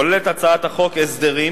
נכללים בהצעת החוק הסדרים